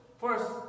first